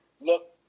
look